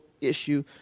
issue